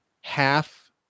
half